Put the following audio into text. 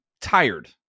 tired